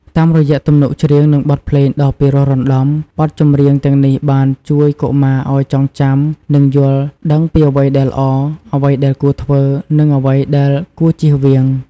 តាមរយៈទំនុកច្រៀងនិងបទភ្លេងដ៏ពិរោះរណ្ដំ បទចម្រៀងទាំងនេះបានជួយកុមារឲ្យចងចាំ និងយល់ដឹងពីអ្វីដែលល្អ អ្វីដែលគួរធ្វើ និងអ្វីដែលគួរជៀសវាង។